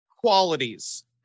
qualities